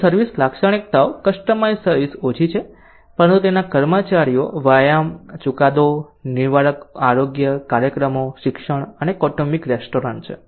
પછી સર્વિસ લાક્ષણિકતાઓ customised service ઓછી છે પરંતુ તેના કર્મચારીઓ વ્યાયામ ચુકાદો નિવારક આરોગ્ય કાર્યક્રમો શિક્ષણ અને કૌટુંબિક રેસ્ટોરન્ટ છે